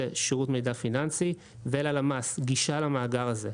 מידע פיננסי וללמ"ס גישה למאגר הזה.